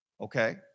Okay